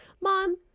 Mom